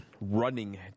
running